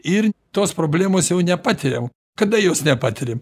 ir tos problemos jau nepatiriam kada jos nepatiriam